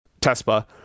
Tespa